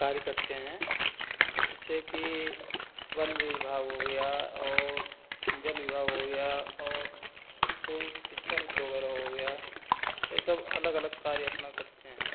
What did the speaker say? कार्य करते हैं ऐसे की वन विभाग हो गया और जल विभाग हो गया और इस्कूल शिक्षामित्र वगैरह हो गया यह सब अलग अलग कार्य अपना करते हैं